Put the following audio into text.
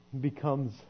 becomes